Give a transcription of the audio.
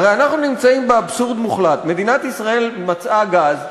הרי אנחנו נמצאים באבסורד מוחלט: מדינת ישראל מצאה גז.